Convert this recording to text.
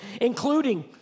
including